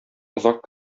озак